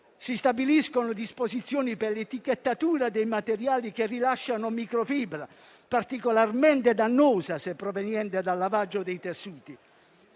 Si stabiliscono disposizioni per l'etichettatura dei materiali che rilasciano microfibra, particolarmente dannosa se proveniente dal lavaggio dei tessuti.